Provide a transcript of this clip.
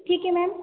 ठीक आहे मॅम